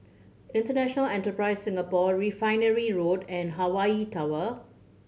International Enterprise Singapore Refinery Road and Hawaii Tower